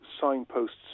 signposts